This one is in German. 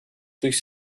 durch